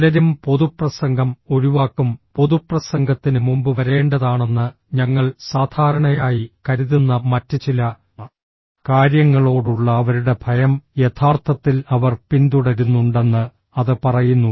പലരും പൊതുപ്രസംഗം ഒഴിവാക്കും പൊതുപ്രസംഗത്തിന് മുമ്പ് വരേണ്ടതാണെന്ന് ഞങ്ങൾ സാധാരണയായി കരുതുന്ന മറ്റ് ചില കാര്യങ്ങളോടുള്ള അവരുടെ ഭയം യഥാർത്ഥത്തിൽ അവർ പിന്തുടരുന്നുണ്ടെന്ന് അത് പറയുന്നു